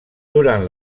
durant